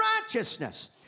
righteousness